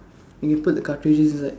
you put the cartridges inside